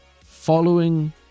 following